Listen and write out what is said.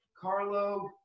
Carlo